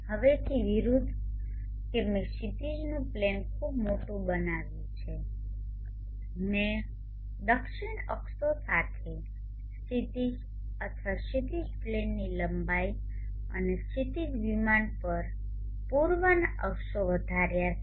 હવેથી વિરુદ્ધ કે મેં ક્ષિતિજનું પ્લેન ખૂબ મોટું બનાવ્યું છે મેં દક્ષિણ અક્ષો ક્ષિતિજ અથવા ક્ષિતિજ પ્લેનની લંબાઈ અને ક્ષિતિજ વિમાન પર પૂર્વના અક્ષો વધાર્યા છે